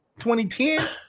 2010